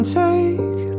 take